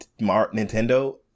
nintendo